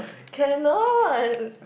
cannot